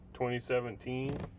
2017